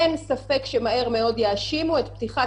אין ספק שמהר מאוד יאשימו את פתיחת